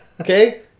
Okay